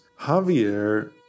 Javier